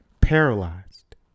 paralyzed